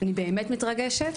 אני באמת מתרגשת,